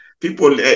people